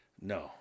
No